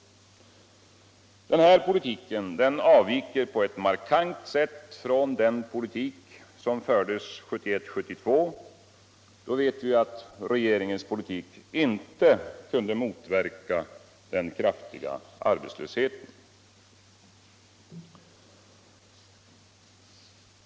Denna politik avviker på ett markant sätt från den politik som fördes 1971/72; vi vet att regeringens politik då inte kunde motverka den kraftiga arbetslösheten.